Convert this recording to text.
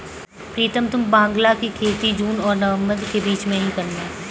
प्रीतम तुम बांग्ला की खेती जून और नवंबर के बीच में ही करना